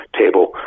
table